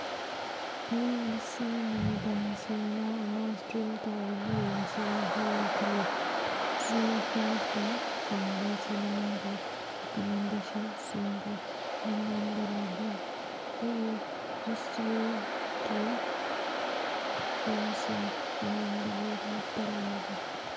ꯑꯩ ꯉꯁꯤ ꯅꯨꯃꯤꯗꯥꯡ ꯁꯤꯅꯤꯃꯥ ꯑꯃ ꯏꯁꯇ꯭ꯔꯤꯝ ꯇꯧꯔꯒ ꯌꯦꯡꯁꯤꯔꯥ ꯍꯥꯏꯅ ꯈꯜꯂꯤ ꯖꯤ ꯐꯥꯏꯚꯗ ꯐꯪꯕ ꯁꯤꯅꯤꯃꯥꯒꯤ ꯔꯤꯀꯃꯦꯟꯗꯦꯁꯟꯁꯤꯡꯒ ꯅꯪꯉꯣꯟꯗ ꯂꯩꯕ꯭ꯔꯥ ꯑꯩ ꯃꯤꯁꯇꯔꯤꯒꯤ ꯐꯤꯜꯝꯁꯤꯡ ꯌꯦꯡꯅꯤꯡꯕꯒꯤ ꯃꯨꯠꯇ ꯂꯩꯔꯤ